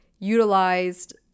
utilized